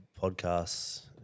podcasts